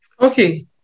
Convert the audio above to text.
Okay